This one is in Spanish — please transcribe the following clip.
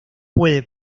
puede